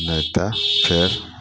नहि तऽ फेर